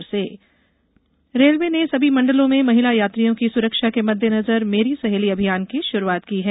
मेरी सहेली अभियान रेलवे ने सभी मंडलों में महिला यात्रियों की सुरक्षा के मद्देनजर मेरी सहेली अभियान की शुरुआत की है